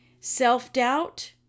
Self-doubt